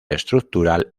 estructural